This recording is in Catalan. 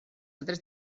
altres